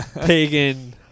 pagan